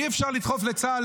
אי-אפשר לדחוף לצה"ל